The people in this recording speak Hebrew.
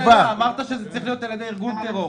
אמרת שזה צריך להיות על ידי ארגון טרור.